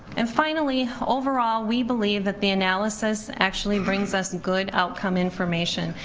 and finally, overall we believe that the analysis actually brings us good outcome information.